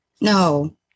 No